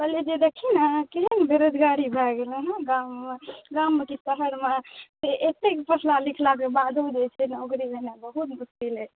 कहअलिए कि देखिऔ ने केहन बेरोजगारी भऽ गेलै हँ गाममे गाममे कि शहरमे जे एतेक पढ़ला लिखलाके बादो जे छै ने नौकरी भेनाइ बहुत मोसकिल अछि